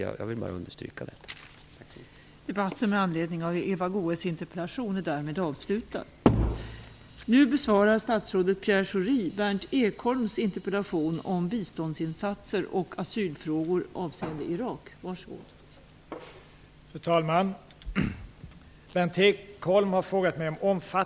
Därför vill jag understryka detta.